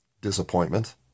disappointment